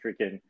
freaking